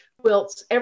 quilts